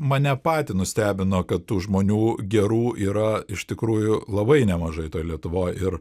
mane patį nustebino kad tų žmonių gerų yra iš tikrųjų labai nemažai toj lietuvoj ir